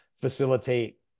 facilitate